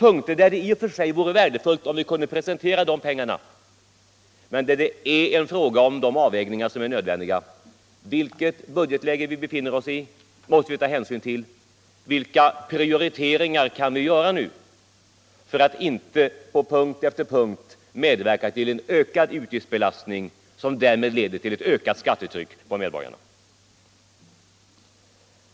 När det gäller herr Molins yrkande i dag måste vi ta hänsyn till vilket budgetläge vi befinner oss i liksom till vilka prioriteringar vi kan göra nu för att inte på punkt efter punkt medverka till en ökad utgiftsbelastning, som därmed leder till ett ökat skattetryck på medborgarna.